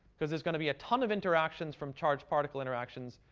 because there's going to be a ton of interactions from charged particle interactions,